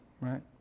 right